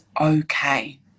okay